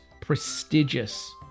prestigious